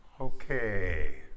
Okay